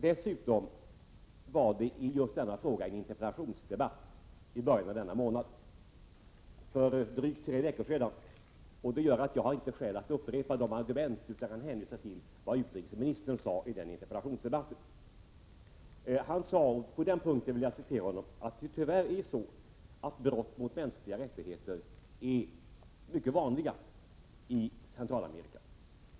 Dessutom var det i just denna fråga en interpellationsdebatt i början av den här månaden — för drygt tre veckor sedan — och det gör att jag inte har skäl att upprepa argumenten utan kan hänvisa till vad utrikesministern sade under den interpellationsdebatten. Han sade — på den punkten vill jag åberopa hans uttalande — att det tyvärr är så att brott mot mänskliga rättigheter är mycket vanliga i Centralamerika.